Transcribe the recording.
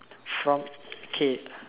from K